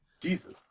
Jesus